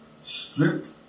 stripped